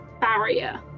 barrier